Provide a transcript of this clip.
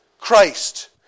Christ